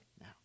now